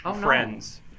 friends